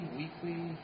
weekly